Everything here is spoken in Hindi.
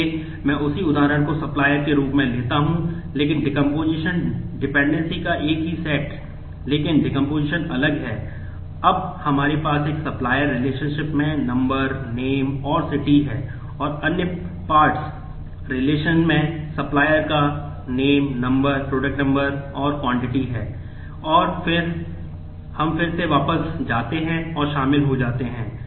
इसलिए मैं उसी उदाहरण को supplier के रूप में लेता हूं लेकिन डेकोम्पोसिशन में supplier का name number product number और quantity है और फिर हम फिर से वापस जाते हैं और शामिल होते हैं